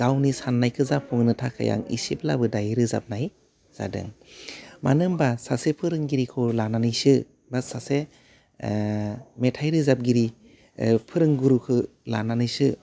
गावनि साननायखौ जाफुंहोनो थाखाय आं एसेब्लाबो दायो रोजाबनाय जादों मानो होमबा सासे फोरोंगिरिखौ लानानैसो बा सासे ओह मेथाइ रोजाबगिरि ओह फोरोंगुरुखो लानानैसो